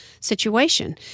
situation